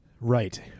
Right